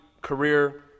career